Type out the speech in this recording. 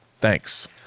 Thanks